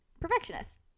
perfectionist